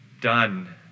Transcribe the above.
done